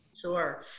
Sure